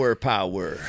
power